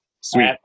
Sweet